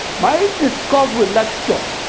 my discovery lecture